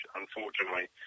unfortunately